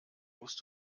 musst